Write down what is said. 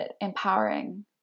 empowering